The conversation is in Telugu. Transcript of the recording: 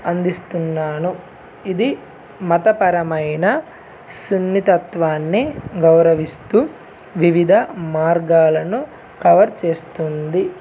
అందిస్తున్నాను ఇది మతపరమైన సున్నితత్వాన్ని గౌరవిస్తూ వివిధ మార్గాలను కవర్ చేస్తుంది